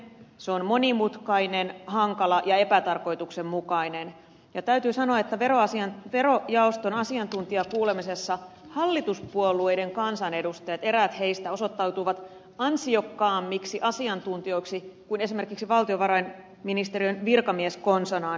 se on monimutkainen hankala ja epätarkoituksenmukainen ja täytyy sanoa että verojaoston asiantuntijakuulemisessa hallituspuolueiden kansanedustajat eräät heistä osoittautuivat ansiokkaammiksi asiantuntijoiksi kuin esimerkiksi valtiovarainministeriön virkamies konsanaan